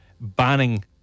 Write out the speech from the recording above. banning